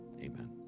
amen